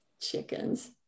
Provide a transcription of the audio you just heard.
chickens